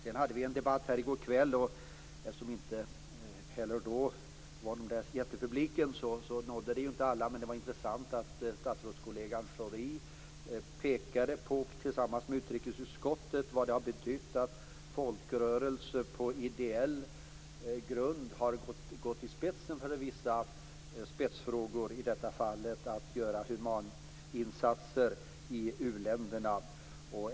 Vi hade en debatt här i går kväll, men eftersom det inte heller då var någon jättepublik nådde det inte alla att statsrådskollegan Schori tillsammans med utrikesutskottet pekade på vad det har betytt att folkrörelser på ideell grund har gått i täten för vissa spetsfrågor. I detta fall gällde det att göra humaninsatser i uländerna.